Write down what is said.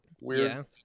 Weird